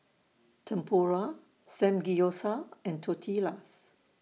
Tempura Samgeyopsal and Tortillas